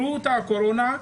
האם הם חלו בקורונה?